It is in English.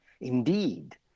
Indeed